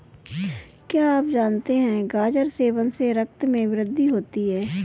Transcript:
क्या आप जानते है गाजर सेवन से रक्त में वृद्धि होती है?